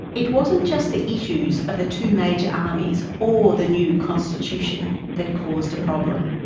it wasn't just the issues of the two major armies or the new constitution that caused a problem.